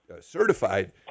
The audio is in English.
certified